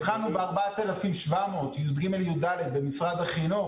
התחלנו ב-4,700 י"ג י"ד במשרד החינוך.